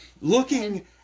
Looking